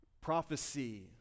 prophecy